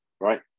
right